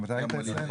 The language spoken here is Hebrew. גם אתה היית אצלי?